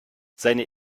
seine